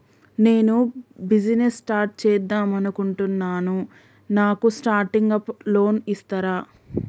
నేను business start చేద్దామనుకుంటున్నాను నాకు స్టార్టింగ్ అప్ లోన్ ఇస్తారా?